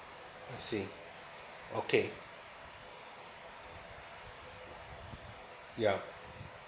I see okay ya